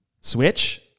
Switch